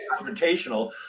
confrontational